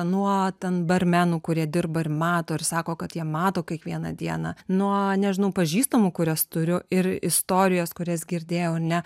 nuo ten barmenų kurie dirba ir mato ir sako kad jie mato kiekvieną dieną nuo nežinau pažįstamų kurias turiu ir istorijas kurias girdėjau ne